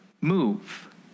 move